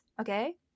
Okay